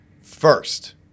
First